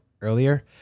earlier